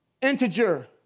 Integer